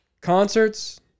Concerts